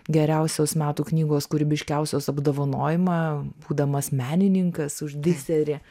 geriausios metų knygos kūrybiškiausios apdovanojimą būdamas menininkas už diserį